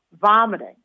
vomiting